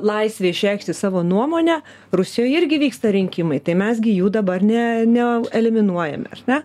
laisvė išreikšti savo nuomonę rusijoj irgi vyksta rinkimai tai mes gi jų dabar ne ne eliminuojame ar ne